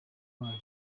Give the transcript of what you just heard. wayo